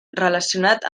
relacionat